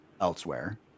elsewhere